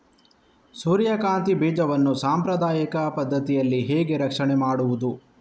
ಸೂರ್ಯಕಾಂತಿ ಬೀಜವನ್ನ ಸಾಂಪ್ರದಾಯಿಕ ಪದ್ಧತಿಯಲ್ಲಿ ಹೇಗೆ ರಕ್ಷಣೆ ಮಾಡುವುದು